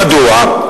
מדוע?